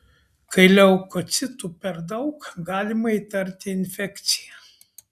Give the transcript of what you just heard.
kai leukocitų per daug galima įtarti infekciją